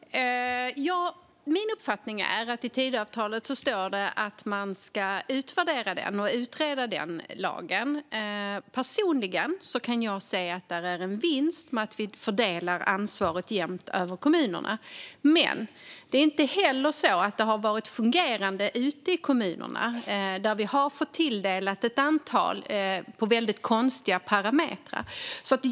Herr talman! Min uppfattning är att det i Tidöavtalet står att man ska utvärdera och utreda lagen. Personligen kan jag se en vinst i att fördela ansvaret jämnt över kommunerna. Men det har inte fungerat ute i kommunerna. Tilldelningen har skett med utgångspunkt i konstiga parametrar.